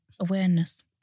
Awareness